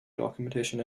documentation